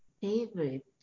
favorite